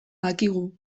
dakigu